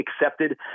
accepted –